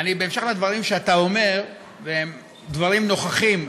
בהמשך לדברים שאתה אומר, והם דברים נכוחים,